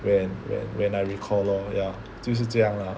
when when when I recall lor ya 就是这样 lor